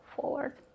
forward